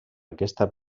aquesta